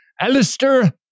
Alistair